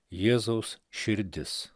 jėzaus širdis